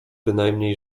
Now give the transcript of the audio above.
bynajmniej